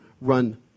run